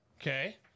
Okay